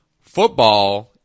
Football